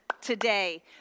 today